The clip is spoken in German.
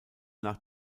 nach